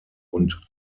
und